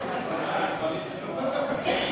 על הצעת חוק לתיקון פקודת התעבורה (מס'